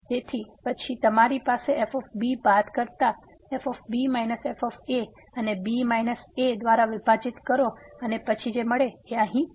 તેથી પછી તમારી પાસે f બાદ કરતા f f અને b a દ્વારા વિભાજીત કરો અને પછી અહીં b